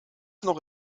noch